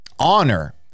honor